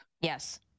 Yes